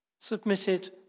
submitted